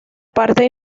parte